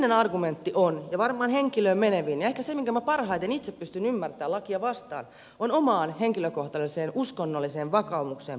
yleinen argumentti ja varmaan henkilöön menevin ja ehkä se minkä minä parhaiten itse pystyn ymmärtämään lakia vastaan on omaan henkilökohtaiseen uskonnolliseen vakaumukseen pohjautuva näkemys